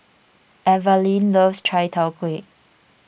Evalyn loves Chai Tow Kuay